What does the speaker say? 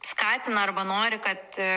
skatina arba nori kad